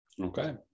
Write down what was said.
Okay